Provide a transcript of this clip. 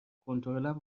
کنترلم